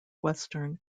western